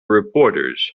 reporters